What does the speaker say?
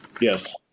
Yes